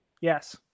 Yes